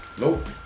nope